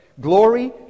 Glory